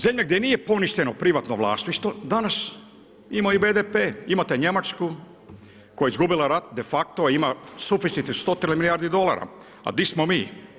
Zemlje gdje nije poništeno privatno vlasništvo danas imaju BDP, imate Njemačku koja je izgubila rat de facto, a ima suficit stotine milijardi dolara, a gdje smo mi.